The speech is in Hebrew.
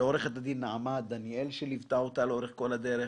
לעורכת דין נעמה דניאל שליוותה אותה לאורך כל הדרך.